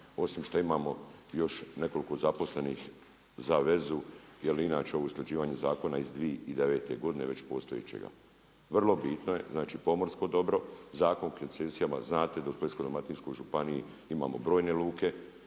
osim što imamo još nekoliko zaposlenih za vezu jel inače usklađivanje zakona iz 2009. godine već postojećega. Vrlo bitno je pomorsko dobro, Zakon o koncesijama znate da u Splitsko-dalmatinskoj županiji imamo brojne luke